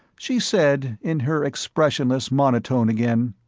she said, in her expressionless monotone again,